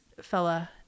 fella